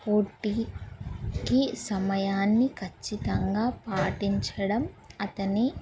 పోటీకి సమయాన్ని ఖచ్చితంగా పాటించడం అతని